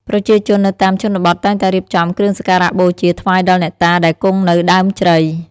ប្រជាជននៅតាមជនបទតែងតែរៀបចំគ្រឿងសក្ការៈបូជាថ្វាយដល់អ្នកតាដែលគង់នៅដើមជ្រៃ។